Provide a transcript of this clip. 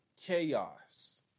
chaos